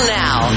now